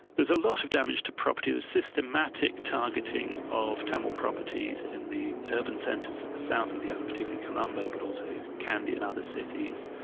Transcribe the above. was a lot of damage to property, the systematic targeting of tamil properties in the urban centres of the south of the island, particularly colombo, but also kandy and other cities.